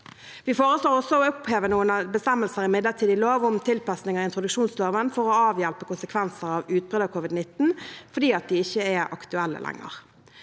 Vi foreslår også å oppheve noen bestemmelser i midlertidig lov om tilpasninger i introduksjonsloven for å avhjelpe konsekvenser av utbrudd av covid-19, fordi de ikke er aktuelle lenger.